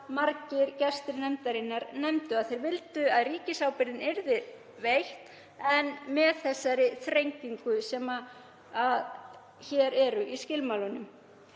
margir gestir nefndarinnar nefndu, þeir vildu að ríkisábyrgðin yrði veitt en með þeirri þrengingu sem hér er í skilmálunum.